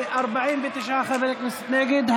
עם חבר הכנסת בנימין נתניהו, ו-49 חברי כנסת נגד.